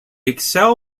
excel